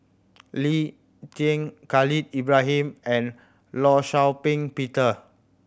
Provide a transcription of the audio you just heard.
Lee Tjin Khalil Ibrahim and Law Shau Ping Peter